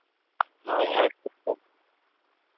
ᱦᱳᱭ ᱟᱨ ᱪᱮᱫ ᱠᱚ